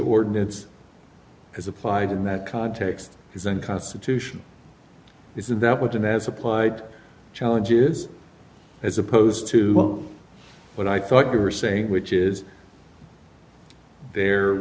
ordinance as applied in that context is unconstitutional isn't that what an as applied challenge is as opposed to what i thought you were saying which is the